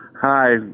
hi